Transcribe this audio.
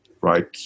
right